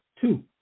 Two